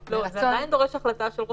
כי זה עדיין דורש החלטה של רופא,